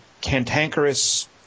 cantankerous